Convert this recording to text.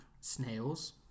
snails